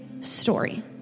story